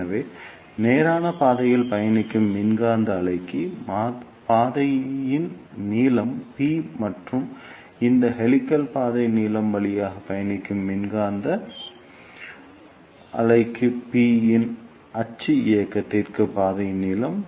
எனவே நேரான பாதையில் பயணிக்கும் மின்காந்த அலைக்கு பாதையின் நீளம் p மற்றும் இந்த ஹெலிக்ஸ் பாதை நீளம் வழியாக பயணிக்கும் மின்காந்த அலைக்கு p இன் அச்சு இயக்கத்திற்கு பாதையின் நீளம்